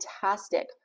Fantastic